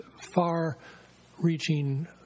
far-reaching